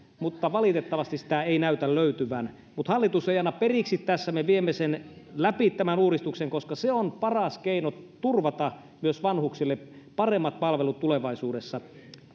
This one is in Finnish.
mutta valitettavasti sitä ei näytä löytyvän mutta hallitus ei anna periksi tässä me viemme läpi tämän uudistuksen koska se on paras keino turvata myös vanhuksille paremmat palvelut tulevaisuudessa